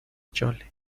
chole